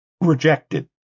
rejected